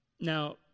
Now